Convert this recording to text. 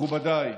מכובדיי,